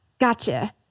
Gotcha